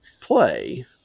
play